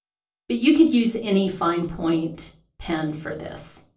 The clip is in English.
but you could use any fine point pen for this.